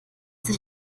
sich